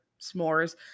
s'mores